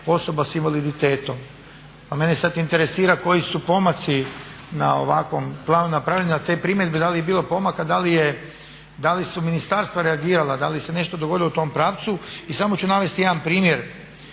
osoba s invaliditetom. Pa mene sad interesira koji su pomaci na ovakvom planu napravljeni, a te primjedbe da li je bilo pomaka, da li su ministarstva reagirala, da li se nešto dogodilo u tom pravcu. I samo ću navesti jedan primjer